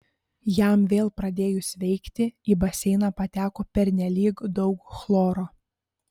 jam vėl pradėjus veikti į baseiną pateko pernelyg daug chloro